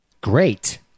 Great